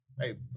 Hey